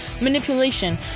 manipulation